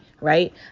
Right